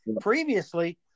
previously